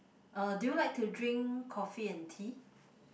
uh do you like to drink coffee and tea